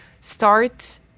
start